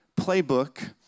playbook